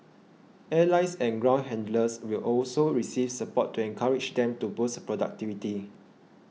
airlines and ground handlers will also receive support to encourage them to boost productivity